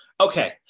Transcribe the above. Okay